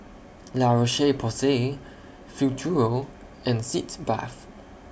La Roche Porsay Futuro and Sitz Bath